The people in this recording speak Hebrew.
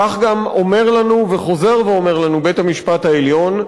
כך גם אומר לנו וחוזר ואומר לנו בית-המשפט העליון,